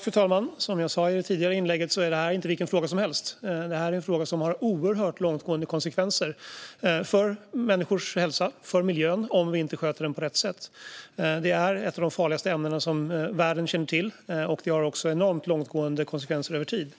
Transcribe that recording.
Fru talman! Som jag sa i mitt tidigare inlägg är det här inte vilken fråga som helst. Det här är en fråga som om vi inte sköter den på rätt sätt kan få oerhört långtgående konsekvenser för människors hälsa och för miljön. Det är fråga om ett av de farligaste ämnena som världen känner till, som kan få enormt långtgående konsekvenser över tid.